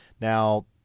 now